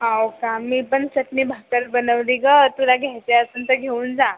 हो का मी पण चटणी भाकर बनवली गं तुला घ्यायची असेल तर घेऊन जा